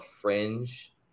fringe